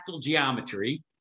geometry